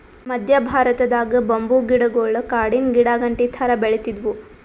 ಮದ್ಯ ಭಾರತದಾಗ್ ಬಂಬೂ ಗಿಡಗೊಳ್ ಕಾಡಿನ್ ಗಿಡಾಗಂಟಿ ಥರಾ ಬೆಳಿತ್ತಿದ್ವು